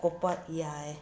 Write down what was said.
ꯀꯣꯛꯄ ꯌꯥꯏ